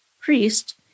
priest